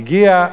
הגיע,